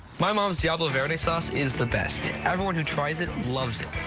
my mom's diablo verde sauce is the best! everyone who tries it loves it.